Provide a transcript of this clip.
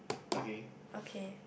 okay